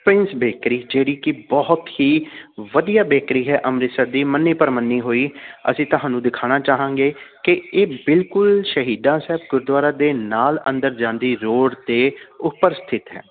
Prince bakery ਜਿਹੜੀ ਕਿ ਬਹੁਤ ਹੀ ਵਧੀਆ ਬੇਕਰੀ ਹੈ ਅੰਮ੍ਰਿਤਸਰ ਦੀ ਮੰਨੀ ਪ੍ਰਮੰਨੀ ਹੋਈ ਅਸੀਂ ਤੁਹਾਨੂੰ ਦਿਖਾਉਣਾ ਚਾਹਾਂਗੇ ਕਿ ਇਹ ਬਿਲਕੁਲ ਸ਼ਹੀਦਾਂ ਸਾਹਿਬ ਗੁਰਦੁਆਰਾ ਦੇ ਨਾਲ ਅੰਦਰ ਜਾਂਦੀ ਰੋਡ 'ਤੇ ਉੱਪਰ ਸਥਿਤ ਹੈ